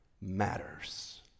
matters